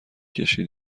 ﻧﻌﺮه